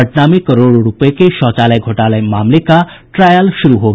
पटना में करोड़ों रूपये के शौचालय घोटाला मामले का ट्रायल शुरू हो गया है